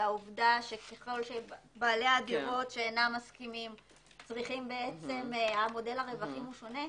והעובדה שככל בעלי הדירות שאינם מסכימים צריכים מודל הרווחים שונה,